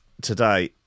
today